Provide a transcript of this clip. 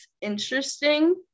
interesting